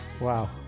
Wow